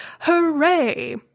Hooray